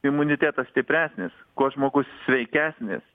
imunitetas stipresnis kuo žmogus sveikesnis